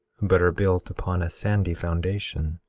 but are built upon a sandy foundation